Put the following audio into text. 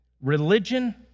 religion